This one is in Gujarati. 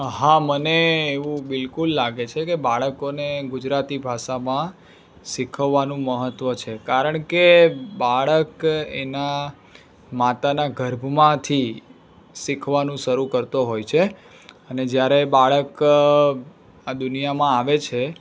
હા મને એવું બિલકુલ લાગે છે કે બાળકોને ગુજરાતી ભાષામાં શીખવવાનું મહત્ત્વ છે કારણ કે બાળક એનાં માતાના ગર્ભમાંથી શીખવાનું શરૂ કરતો હોય છે અને જ્યારે બાળક આ દુનિયામાં આવે છે